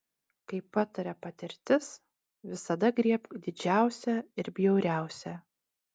kaip pataria patirtis visada griebk didžiausią ir bjauriausią